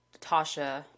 Tasha